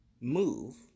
move